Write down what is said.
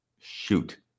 shoot